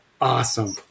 awesome